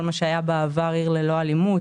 כל מה שהיה בעבר "עיר ללא אלימות",